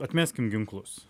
atmeskim ginklus